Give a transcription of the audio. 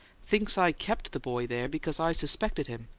thinks i kept the boy there because i suspected him!